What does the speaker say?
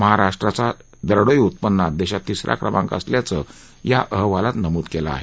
महाराष्ट्राचा दरडोई उत्पन्नात देशात तिसरा क्रमांक असल्याचं या अहवालात नमूद केलं आहे